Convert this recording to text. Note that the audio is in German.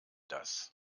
das